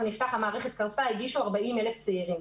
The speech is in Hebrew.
נפתח המערכת קרסה הגישו בקשות 40,000 צעירים.